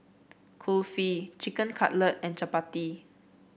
Kulfi Chicken Cutlet and Chapati